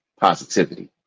Positivity